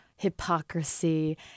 hypocrisy